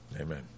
Amen